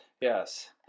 Yes